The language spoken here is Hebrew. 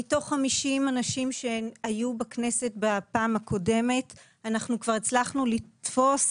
מתוך 50 אנשים שהיו בכנסת בפעם הקודמת אנחנו כבר הצלחנו לתפוס